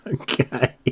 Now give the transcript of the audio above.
okay